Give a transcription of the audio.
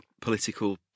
political